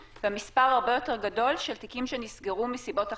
ומספר הרבה יותר גדול של תיקים שנסגרו מסיבות אחרות.